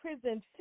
prison